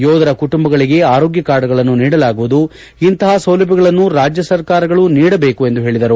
ಯೋಧರ ಕುಟುಂಬಗಳಿಗೆ ಆರೋಗ್ಡ ಕಾರ್ಡ್ಗಳನ್ನು ನೀಡಲಾಗುವುದು ಇಂತಹ ಸೌಲಭ್ಯಗಳನ್ನು ರಾಜ್ಯ ಸರ್ಕಾರಗಳು ನೀಡಬೇಕು ಎಂದು ಹೇಳಿದರು